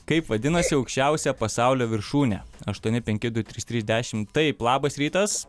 kaip vadinasi aukščiausią pasaulio viršūnė aštuoni penki du trys trys dešim taip labas rytas